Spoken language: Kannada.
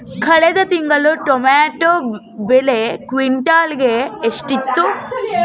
ಕಳೆದ ತಿಂಗಳು ಟೊಮ್ಯಾಟೋ ಬೆಲೆ ಕ್ವಿಂಟಾಲ್ ಗೆ ಎಷ್ಟಿತ್ತು?